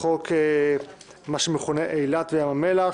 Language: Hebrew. שהיא מה שמכונה אילת וים המלח.